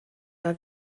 war